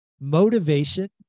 Motivation